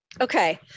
okay